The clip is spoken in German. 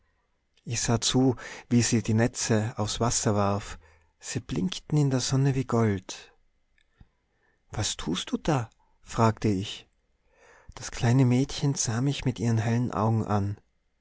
ich sah zu wie sie die netze aufs wasser warf sie blinkten in der sonne wie gold was tust du da fragte ich das kleine mädchen sah mich mit ihren hellen augen an